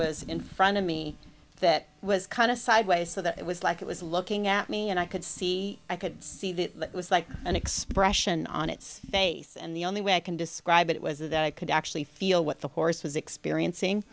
was in front of me that was kind of sideways so that it was like it was looking at me and i could see i could see that it was like an expression on its face and the only way i can describe it was that i could actually feel what the horse was experiencing